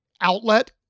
outlet